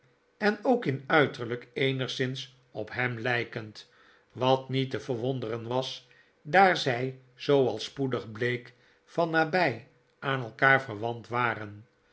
en ook in uiterlijk eenigszins op hem lijkend wat niet te verwonderen was daar zij zooals spoedig bleek van nabij aan elkaar verwant waren